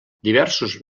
diversos